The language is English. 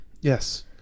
Yes